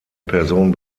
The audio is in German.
person